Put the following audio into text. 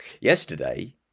Yesterday